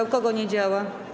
U kogo nie działa?